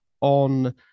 on